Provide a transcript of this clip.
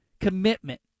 commitment